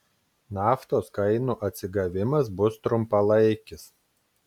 naftos kainų atsigavimas bus trumpalaikis